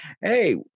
hey